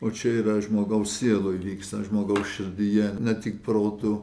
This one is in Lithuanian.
o čia yra žmogaus sieloje vyksta žmogaus širdyje ne tik protu